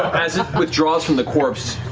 as it withdraws from the corpse,